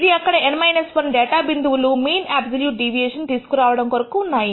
ఇది అక్కడ N 1 data బిందువులు మీన్ ఆబ్సొల్యూట్ డీవియేషన్ తీసుకు రావడం కొరకు ఉన్నాయి